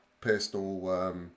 personal